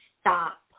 stop